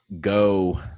go